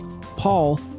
Paul